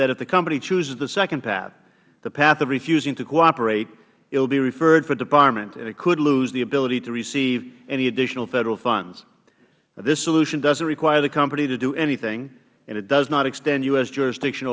that if the company chooses the second path the path of refusing to cooperate it will be referred for debarment could lose the ability to receive any additional federal funds this solution doesnt require the company to do anything and it does not extend u s jurisdiction